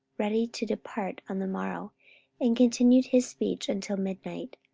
ready to depart on the morrow and continued his speech until midnight.